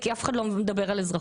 כי אף אחד לא מדבר על אזרחות.